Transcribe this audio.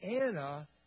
Anna